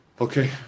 Okay